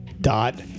Dot